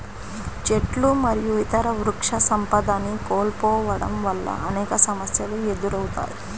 చెట్లు మరియు ఇతర వృక్షసంపదని కోల్పోవడం వల్ల అనేక సమస్యలు ఎదురవుతాయి